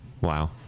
wow